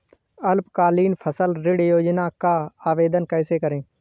अल्पकालीन फसली ऋण योजना का आवेदन कैसे करें?